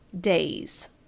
Days